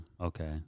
okay